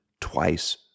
twice